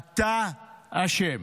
אתה אשם.